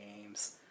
games